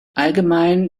allgemein